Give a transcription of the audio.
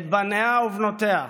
את בניה ובנותיה.